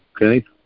Okay